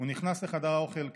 הוא נכנס לחדר האוכל קירח,